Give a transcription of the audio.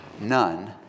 None